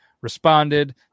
responded